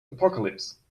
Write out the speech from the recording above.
apocalypse